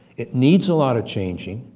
it needs a lot of changing,